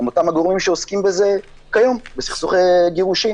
הם אותם הגורמים שעוסקים בזה כיום בסכסוכי גירושין